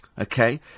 Okay